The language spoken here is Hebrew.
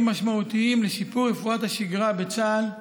משמעותיים לשיפור רפואת השגרה בצה"ל.